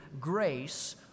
grace